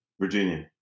Virginia